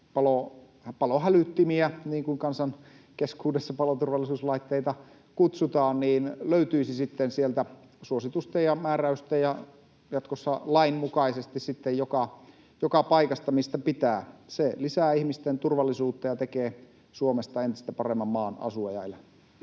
palohälyttimiä, niin kuin kansan keskuudessa paloturvallisuuslaitteita kutsutaan, löytyisi suositusten ja määräysten ja jatkossa lain mukaisesti joka paikasta, mistä pitää. Se lisää ihmisten turvallisuutta ja tekee Suomesta entistä paremman maan asua ja elää.